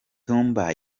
tumba